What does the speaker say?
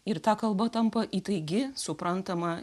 ir ta kalba tampa įtaigi suprantama